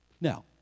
Now